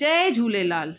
Jay Jhulelal